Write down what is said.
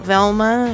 Velma